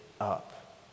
up